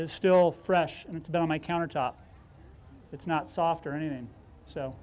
is still fresh and it's been on my countertop it's not soft or anything so